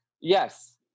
Yes